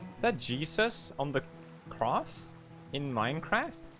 said jesus on the cross in minecraft